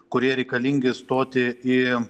kurie reikalingi stoti į